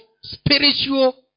spiritual